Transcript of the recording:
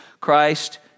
Christ